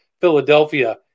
Philadelphia